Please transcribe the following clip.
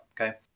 okay